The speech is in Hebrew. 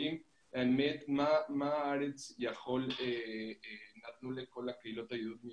באמת מה הארץ נתנה לכל קהילות היהודים